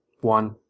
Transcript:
one